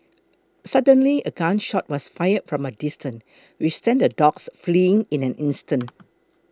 suddenly a gun shot was fired from a distance which sent the dogs fleeing in an instant